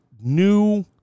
new